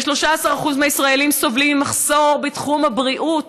ו-13% מהישראלים סובלים ממחסור בתחום הבריאות.